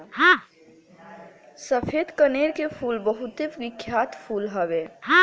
सफ़ेद कनेर के फूल बहुते बिख्यात फूल हवे